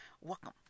welcome